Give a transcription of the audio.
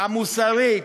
המוסרית,